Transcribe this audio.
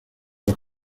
los